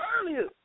earlier